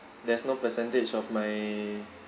there's no percentage of my